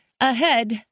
Ahead